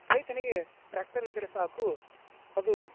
ರೈತನಿಗೆ ಟ್ರ್ಯಾಕ್ಟರ್ ಇದ್ದರೆ ಸಾಕು ಅದು